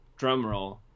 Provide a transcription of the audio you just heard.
drumroll